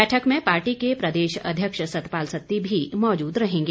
बैठक में पार्टी के प्रदेश अध्यक्ष सतपाल सत्ती भी मौजूद रहेंगे